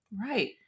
Right